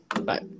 Bye